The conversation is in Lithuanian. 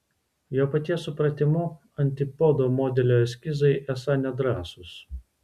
jo paties supratimu antipodo modelio eskizai esą nedrąsūs